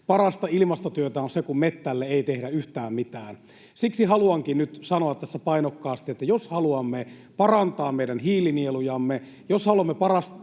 parasta ilmastotyötä on se, kun metsälle ei tehdä yhtään mitään. Siksi haluankin nyt sanoa tässä painokkaasti, että jos haluamme parantaa meidän hiilinielujamme, jos haluamme parantaa